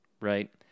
right